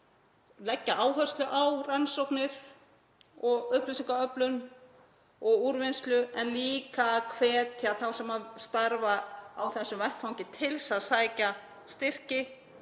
leggja áherslu á rannsóknir og upplýsingaöflun og úrvinnslu en líka að hvetja þá sem starfa á þessum vettvangi til að sækja styrki